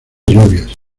lluvias